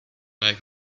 make